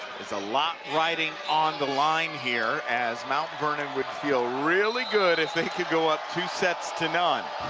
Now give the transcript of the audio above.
is a lot riding on the line here as mount vernon would feel really good if they could go up two sets to none.